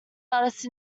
artist